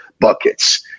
buckets